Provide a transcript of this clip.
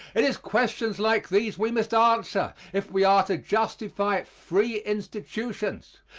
it is questions like these we must answer if we are to justify free institutions.